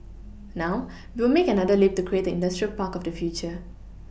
now we will make another leap to create the industrial park of the future